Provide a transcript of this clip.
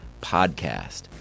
PODCAST